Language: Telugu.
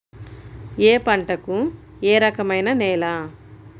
ఏ పంటకు ఏ రకమైన నేల?